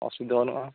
ᱚᱥᱩᱵᱤᱫᱷᱟ ᱵᱟᱹᱱᱩᱜᱼᱟ